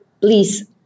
Please